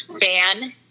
fan